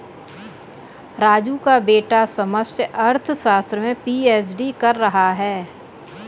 राजू का बेटा समष्टि अर्थशास्त्र में पी.एच.डी कर रहा है